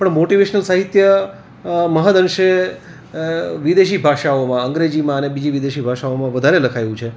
પણ મોટિવેશનલ સાહિત્ય મહદઅંશે વિદેશી ભાષાઓમાં અંગ્રેજીમાં અને બીજી વિદેશી ભાષાઓમાં વધારે લખાયું છે